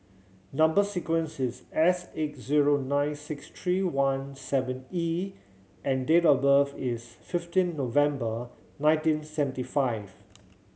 number sequence is S eight zero nine six three one seven E and date of birth is fifteen November nineteen seventy five